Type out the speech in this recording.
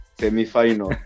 semi-final